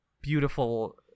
beautiful